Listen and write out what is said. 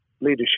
leadership